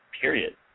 period